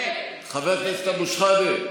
חבר הכנסת אבו שחאדה,